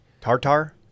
tartar